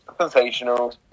sensational